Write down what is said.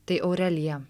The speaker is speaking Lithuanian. tai aurelija